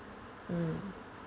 mm